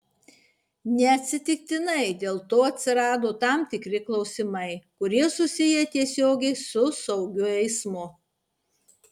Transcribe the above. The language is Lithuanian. neatsitiktinai dėl to atsirado tam tikri klausimai kurie susiję tiesiogiai su saugiu eismu